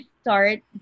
start